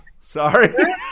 sorry